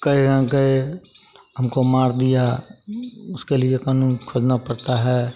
कए गए हमको मार दिया उसके लिए कानून खोजना पड़ता है